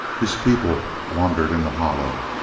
his people wandered in the hollow.